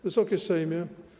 Wysoki Sejmie!